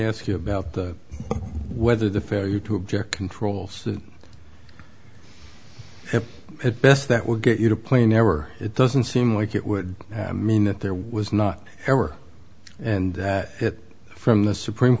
ask you about the whether the failure to object controls it at best that would get you to play never it doesn't seem like it would mean that there was not ever and that from the supreme